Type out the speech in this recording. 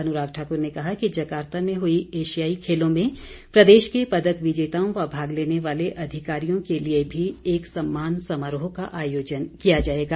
अनुराग ठाकुर ने कहा कि जकार्ता में हुई एशियाई खेलों में प्रदेश के पदक विजेताओं व भाग लेने वाले अधिकारियों के लिए भी एक सम्मान समारोह का आयोजन किया जाएगा